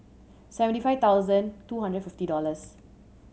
seventy five thousand two hundred and fifty dollors